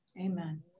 Amen